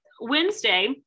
Wednesday